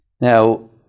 Now